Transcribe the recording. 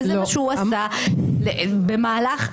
וזה מה שהוא עשה במהלך הדיון.